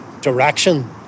direction